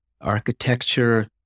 architecture